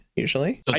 Usually